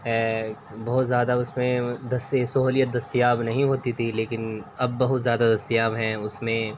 بہت زیادہ اس میں سہولیت دستیاب نہیں ہوتی تھی لیکن اب بہت زیادہ دستیاب ہیں اس میں